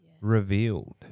Revealed